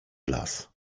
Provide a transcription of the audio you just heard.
las